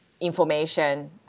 information